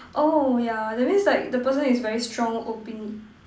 oh yeah that means like the person is very strong opinion